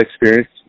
experience